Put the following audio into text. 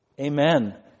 Amen